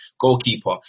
goalkeeper